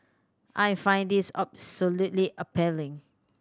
I find this absolutely appalling